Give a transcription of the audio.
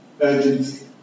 urgency